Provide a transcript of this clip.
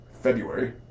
February